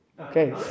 Okay